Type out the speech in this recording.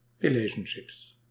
relationships